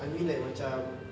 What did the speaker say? I mean like macam